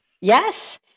Yes